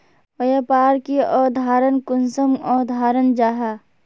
व्यापार की अवधारण कुंसम अवधारण जाहा?